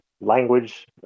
language